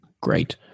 Great